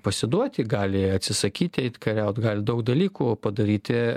pasiduoti gali atsisakyti eit kariauti gali daug dalykų padaryti